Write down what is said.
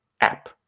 app